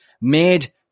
made